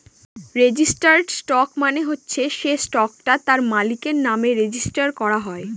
registered stock মানে হচ্ছে সে স্টকটা তার মালিকের নামে রেজিস্টার করা হয়